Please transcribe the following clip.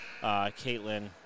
Caitlin